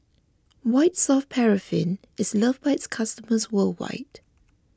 White Soft Paraffin is loved by its customers worldwide